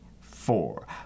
four